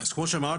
אז כמו שאמרתי,